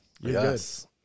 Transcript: yes